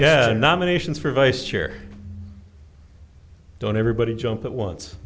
yeah nominations for vice chair don't everybody jump at once